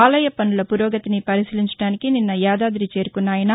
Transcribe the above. ఆలయ పనుల పురోగతిని పరిశీలించడానికి నిన్న యాదాది చేరుకున్న ఆయన